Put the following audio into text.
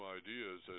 ideas